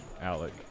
Alec